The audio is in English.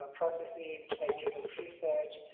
ah processes, ideas of research,